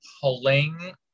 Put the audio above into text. pulling